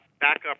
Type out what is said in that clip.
backup